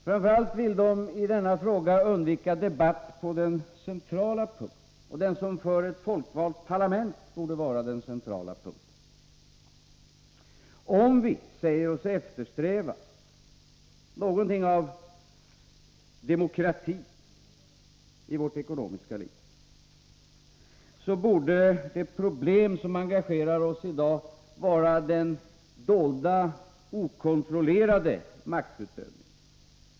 Framför allt ville de i denna fråga undvika debatt på den centrala punkten — om det som för ett folkvalt parlament borde vara den centrala punkten. Om vi säger oss eftersträva någonting av demokrati i vårt ekonomiska liv, så borde det problem som engagerar oss i dag vara den dolda, okontrollerade maktutövningen.